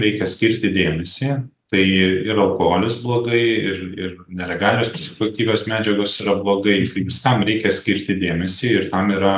reikia skirti dėmesį tai ir alkoholis blogai ir ir nelegalios psichoaktyvios medžiagos yra blogai tai viskam reikia skirti dėmesį ir tam yra